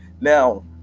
Now